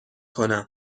کنم